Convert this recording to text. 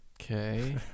okay